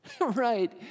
Right